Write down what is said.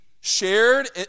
shared